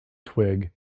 twig